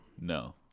no